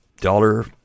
Dollar